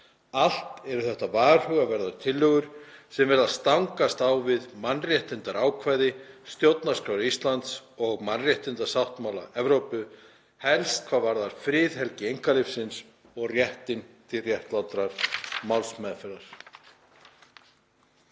Allt eru þetta varhugaverðar tillögur sem virðast stangast á við mannréttindaákvæði stjórnarskrár Íslands og mannréttindasáttmála Evrópu, helst hvað varðar friðhelgi einkalífsins og réttinn til réttlátrar málsmeðferðar.“